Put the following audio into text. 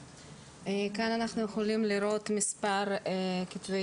כאן אנחנו יכולים לראות את מספר כתבי